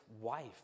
wife